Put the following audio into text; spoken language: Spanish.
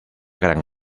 gran